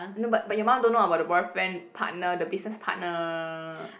no but but your mom don't know about the boyfriend partner the business partner